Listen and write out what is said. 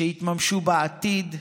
שיתממשו בעתיד,